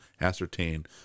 ascertain